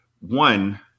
one